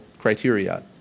criteria